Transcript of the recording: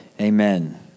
Amen